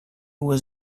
was